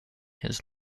his